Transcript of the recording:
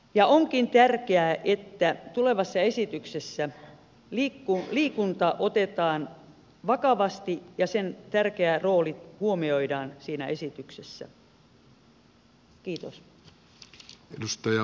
onkin tärkeää että tulevassa esityksessä liikunta otetaan vakavasti ja sen tärkeä rooli huomioidaan siinä esityksessä